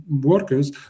workers